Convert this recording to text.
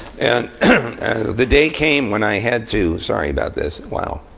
and the day came when i had to sorry about this. wow.